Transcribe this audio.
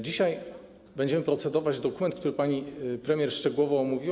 Dzisiaj będziemy procedować nad dokumentem, który pani premier szczegółowo omówiła.